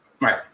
Right